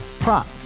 Prop